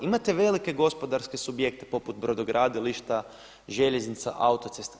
Imate velike gospodarske subjekte poput brodogradilišta, željeznica, autocesta.